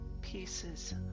pieces